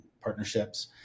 partnerships